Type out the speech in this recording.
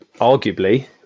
arguably